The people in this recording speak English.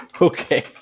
Okay